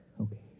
Okay